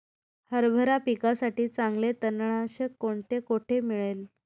हरभरा पिकासाठी चांगले तणनाशक कोणते, कोठे मिळेल?